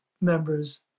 members